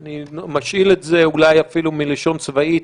אני משאיל את זה אולי אפילו מלשון צבאית,